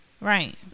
Right